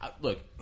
Look